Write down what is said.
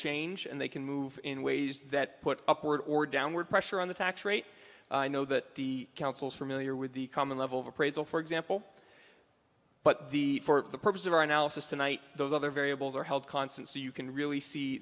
change and they can move in ways that put upward or downward pressure on the tax rate i know that the council for milieu with the common level of appraisal for example but the for the purpose of our analysis tonight those other variables are held constant so you can really see